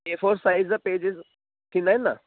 एफोर size जा pages ईंदा आहिनि न